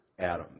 Adam